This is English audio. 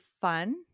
fun